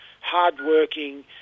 hard-working